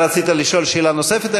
אתה רצית לשאול שאלה נוספת?